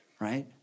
Right